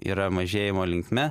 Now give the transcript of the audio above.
yra mažėjimo linkme